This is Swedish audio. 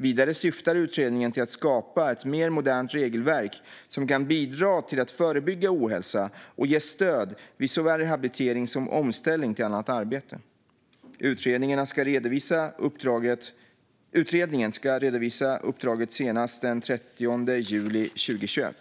Vidare syftar utredningen till att skapa ett mer modernt regelverk som kan bidra till att förebygga ohälsa och ge stöd vid såväl rehabilitering som omställning till annat arbete. Utredningen ska redovisa uppdraget senast den 30 juli 2021.